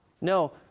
No